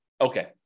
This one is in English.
Okay